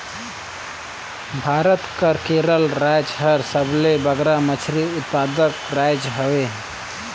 भारत कर केरल राएज हर सबले बगरा मछरी उत्पादक राएज हवे